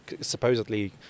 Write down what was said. supposedly